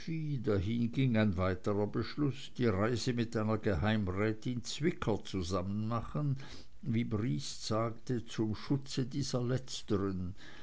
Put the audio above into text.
ging ein weiterer beschluß die reise mit einer geheimrätin zwicker zusammen machen wie briest sagte zum schutz dieser letzteren